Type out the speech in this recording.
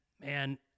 man